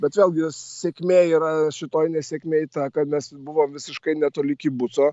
bet vėlgi sėkmė yra šitoj nesėkmėj ta kad mes buvom visiškai netoli kibuco